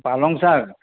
পালং শাক